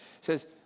says